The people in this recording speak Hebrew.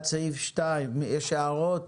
יש הערות?